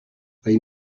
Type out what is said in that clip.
they